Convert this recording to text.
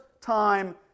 time